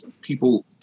people